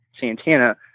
Santana